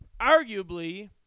arguably